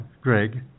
Greg